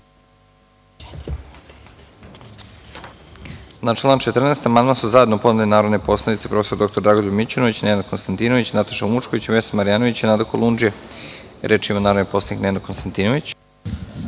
Na član 166. amandman su zajedno podneli narodni poslanici prof. dr Dragoljub Mićunović, Nenad Konstantinović, Nataša Vučković, Vesna Marjanović i Nada Kolundžija. Reč ima narodni poslanik Nenad Konstantinović.